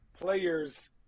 players